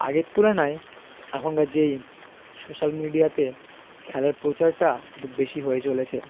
আগের তুলনায় এখনকার যে সোশ্যাল মিডিয়াতে খেলার প্রচারটা একটু বেশি হয়ে চলেছে